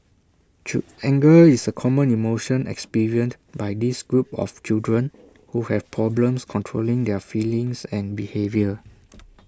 anger is A common emotion experienced by this group of children who have problems controlling their feelings and behaviour